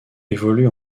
évolue